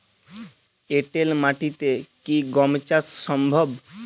এঁটেল মাটিতে কি গম চাষ সম্ভব?